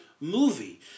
movie